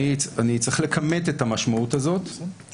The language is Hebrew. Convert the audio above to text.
אני צריך לכמת את המשמעות הזאת,